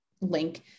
link